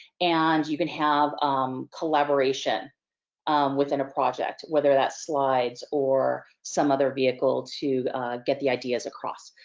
and, you can have um collaboration within a project. whether that's slides or some other vehicle to get the ideas across.